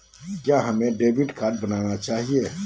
क्या हमें debit card बनाना चाहिए?